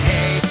Hey